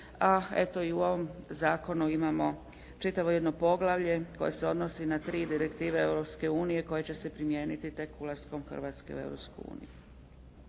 u ovom zakonu imamo čitavo jedno poglavlje koje se odnosi na tri direktive Europske unije koje će se primijeniti tek ulaskom Hrvatske u